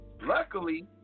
luckily